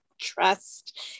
trust